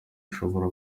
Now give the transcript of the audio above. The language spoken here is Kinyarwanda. ashobora